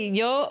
yo